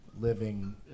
Living